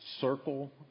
circle